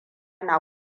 na